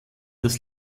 das